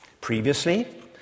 Previously